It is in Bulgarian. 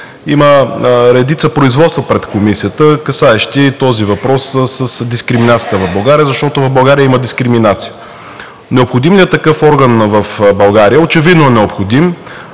Има редица производства пред Комисията, касаещи този въпрос с дискриминацията в България, защото в България има дискриминация. Необходим ли е такъв орган в България? Очевидно е необходим.